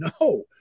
No